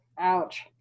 Ouch